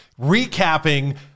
recapping